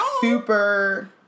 super